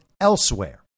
elsewhere